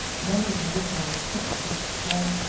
then into ripples tipped with spray.